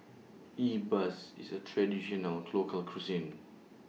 E Bus IS A Traditional Local Cuisine